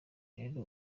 rero